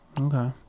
Okay